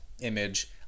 image